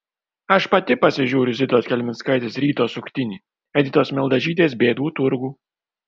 aš pati pasižiūriu zitos kelmickaitės ryto suktinį editos mildažytės bėdų turgų